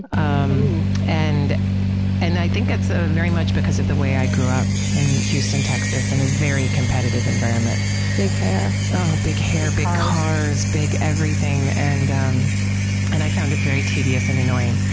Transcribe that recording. um and and i think that's ah very much because of the way i grew up in houston, texas, in a very competitive environment big hair. cars. oh, big hair, big cars, big everything. and um and i found it very tedious and annoying,